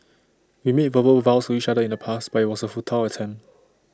we made verbal vows to each other in the past but IT was A futile attempt